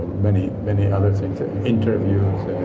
many many other things, interviews